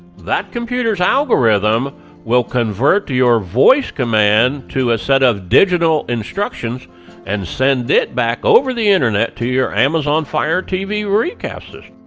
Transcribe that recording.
that computer's algorithm will convert to your voice command to a set of digital instructions and send it back over the internet to your amazon fire tv recast system.